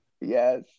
Yes